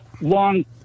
long